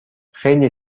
خیلی